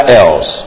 else